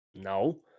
No